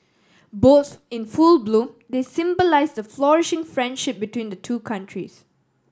both in full bloom they symbolise the flourishing friendship between the two countries